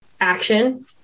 action